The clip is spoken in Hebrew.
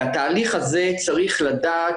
והתהליך הזה צריך לדעת,